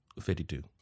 52